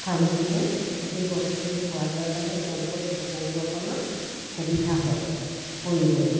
ফাৰ্মাচিতে গোটেই বস্তুখিনি পোৱা যায় কাৰণে তেওঁলোকৰ ট্ৰিটমেণ্টটো অকণমান সুবিধা হয় কৰিবলৈ